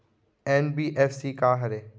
NBFC का हरे?